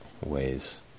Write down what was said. ways